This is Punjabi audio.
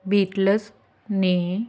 ਬੀਟਲਜ਼ ਨੇ